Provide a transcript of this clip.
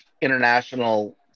international